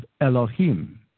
Elohim